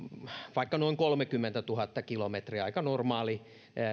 vaikka noin kolmekymmentätuhatta kilometriä on aika normaali